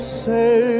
say